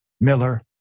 Miller